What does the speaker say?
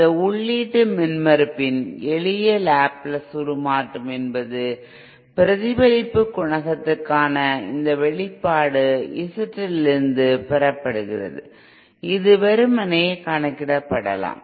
இந்த உள்ளீட்டு மின்மறுப்பின் எளிய லேப்ளேஸ் உருமாற்றம் என்பது பிரதிபலிப்பு குணகத்திற்கான இந்த வெளிப்பாடு ZL இலிருந்து பெறப்படுகிறது இது வெறுமனே கணக்கிடப்படலாம்